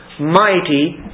mighty